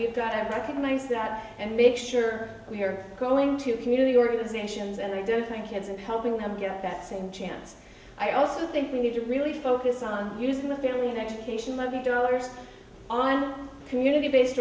we've got to recognize that and make sure we're going to community organizations and i don't think kids and helping them get that same chance i also think we need to really focus on using the family and education of the dollars on community based